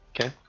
Okay